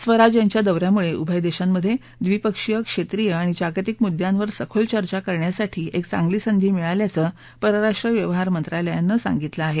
स्वराज यांच्या दौऱ्यामुळे उभय देशांमध्ये द्विपक्षीय क्षेत्रीय आणि जागतिक मुद्द्यांवर सखोल चर्चा कारण्यासाठी एक चांगली संधी मिळाल्याचं परराष्ट्र व्यवहार मंत्रालयानं सांगितलं आहे